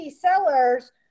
sellers